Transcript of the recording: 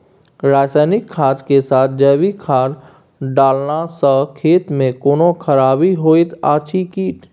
रसायनिक खाद के साथ जैविक खाद डालला सॅ खेत मे कोनो खराबी होयत अछि कीट?